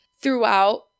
throughout